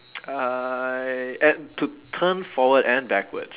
I at to turn forward and backwards